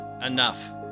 enough